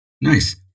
Nice